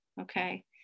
Okay